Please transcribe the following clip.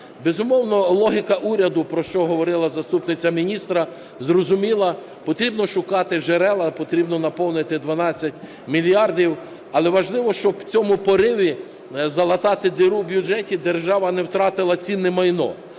Безумовно, логіка уряду, про що говорила заступниця міністра, зрозуміла. Потрібно шукати джерела, потрібно наповнити 12 мільярдів, але важливо, щоб в цьому пориві залатати діру в бюджеті держава не втратила цінне майно.